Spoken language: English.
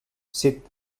seat